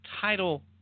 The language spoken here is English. Title